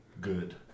good